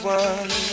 one